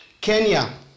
Kenya